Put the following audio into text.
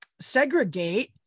segregate